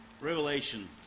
Revelation